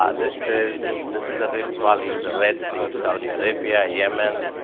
um this is this is the rift valley, the red sea, saudi arabia, yemen,